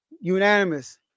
unanimous